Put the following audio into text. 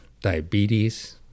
diabetes